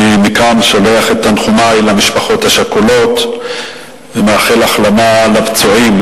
מכאן אני שולח את תנחומי למשפחות השכולות ומאחל החלמה לפצועים.